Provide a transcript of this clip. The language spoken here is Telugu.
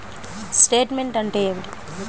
స్టేట్మెంట్ అంటే ఏమిటి?